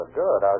good